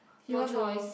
no choice